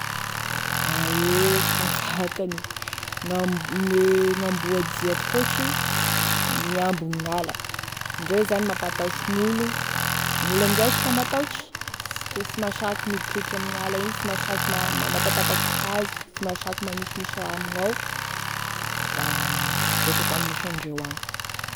Ae ka fa tany, gnamb- gne gn'amboa dia atokotry miabigny gnala, indreo zany mampatahotry gn'olo, gn'olo amin'izay sh laha matahotry sy te sy masaky miditriditra amign' ala igny sy mahasaky manapatapaky hazo sy mahasaky magnisignisy raha amignao fa da mipetraky ame misy andreo agny.